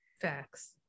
Facts